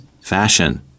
fashion